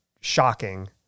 shocking